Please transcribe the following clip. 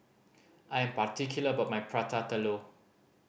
I am particular about my Prata Telur